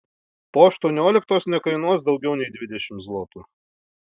po aštuonioliktos nekainuos daugiau nei dvidešimt zlotų